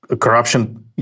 corruption